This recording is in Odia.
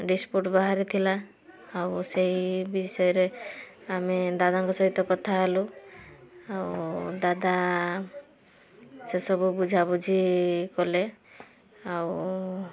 ଡିସପ୍ୟୁଟ୍ ବାହାରିଥିଲା ଆଉ ସେଇ ବିଷୟରେ ଆମେ ଦାଦାଙ୍କ ସହିତ କଥା ହେଲୁ ଆଉ ଦାଦା ସେ ସବୁ ବୁଝା ବୁଝି କଲେ ଆଉ